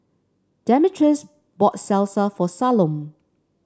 Demetrius bought Salsa for Salome